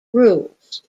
rules